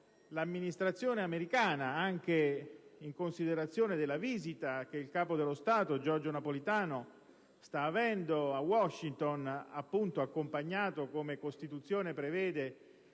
l'Amministrazione americana, anche in considerazione della visita con il capo dello Stato Giorgio Napolitano sta effettuando a Washington, accompagnato, come Costituzione prevede,